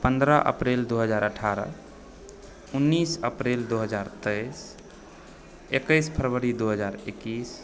पन्द्रह अप्रिल दू हजार अठारह उन्नैस अप्रिल दू हजार तेइस एकैस फरवरी दू हजार एकैस